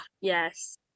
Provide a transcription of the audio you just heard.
yes